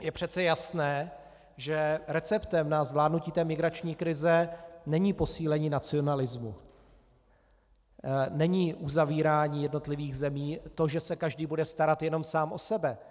Je přece jasné, že receptem na zvládnutí migrační krize není posílení nacionalismu, není uzavírání jednotlivých zemí a to, že se každý bude starat jenom sám o sebe.